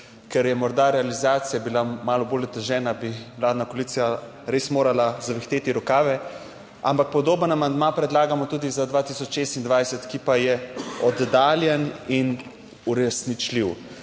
Ker je morda realizacija bila malo bolj otežena, bi vladna koalicija res morala zavihteti rokave, ampak podoben amandma predlagamo tudi za 2026, ki pa je oddaljen in uresničljiv.